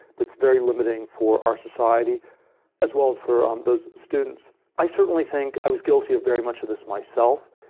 it's very limiting for our society as well as for um those students. i, certainly, think i was guilty of very much of this myself,